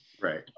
right